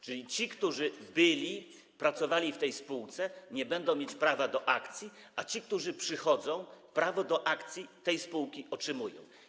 Czyli ci, którzy pracowali w tej spółce, nie będą mieć prawa do akcji, a ci, którzy przychodzą, prawo do akcji tej spółki otrzymują.